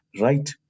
right